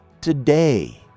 today